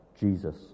Jesus